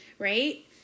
Right